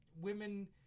women